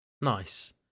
Nice